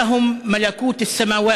"אשרי הנרדפים בגלל הצדקה כי להם מלכות השמים: